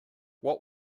what